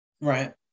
right